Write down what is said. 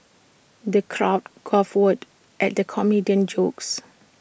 the crowd guffawed at the comedian's jokes